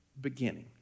beginning